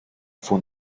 fue